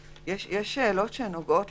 יש שאלות שנוגעות